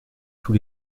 tous